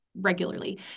regularly